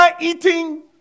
eating